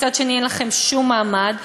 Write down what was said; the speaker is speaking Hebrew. מצד שני אין לכם שום מעמד,